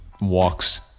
walks